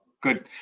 Good